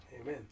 Amen